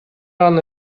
аны